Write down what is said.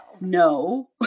No